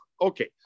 Okay